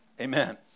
Amen